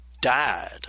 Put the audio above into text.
died